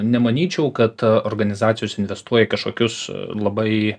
nemanyčiau kad organizacijos investuoja į kažkokius labai